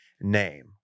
name